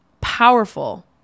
powerful